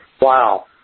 Wow